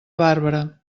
bàrbara